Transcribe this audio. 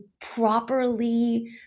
properly